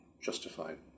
justified